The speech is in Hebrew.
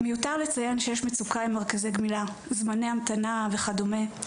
מיותר לציין שיש מצוקה עם מרכזי גמילה זמני המתנה וכדומה.